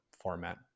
format